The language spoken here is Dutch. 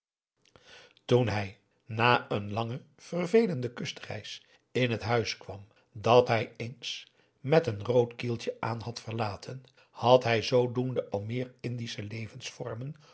toen hij na een lange vervelende kustreis in het huis kwam dat hij eens met n rood kieltje aan had verlaten had hij zoodoende al meer indische